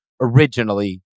originally